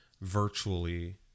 virtually